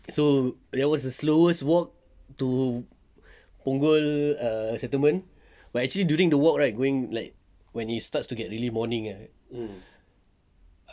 so that was the slowest walk to punggol err settlement but actually during the walk right going like when it starts to get really morning right